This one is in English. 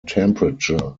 temperature